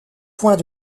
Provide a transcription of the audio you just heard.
points